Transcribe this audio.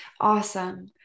awesome